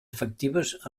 efectives